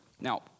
Now